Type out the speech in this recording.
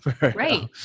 Right